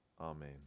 Amen